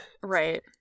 Right